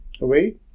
away